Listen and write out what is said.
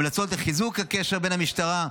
המלצות לחיזוק השר בין המשטרה,